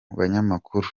banyamakuru